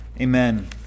Amen